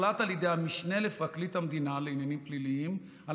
הוחלט על ידי המשנה לפרקליט המדינה לעניינים פליליים על